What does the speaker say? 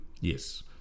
Yes